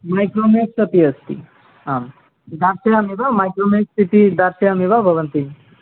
मैक्रोमेक्स् अपि अस्ति आं दास्यामि वा मैक्रोमेक्स् इति दास्यामि वा भवतीम्